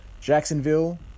Jacksonville